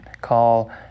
call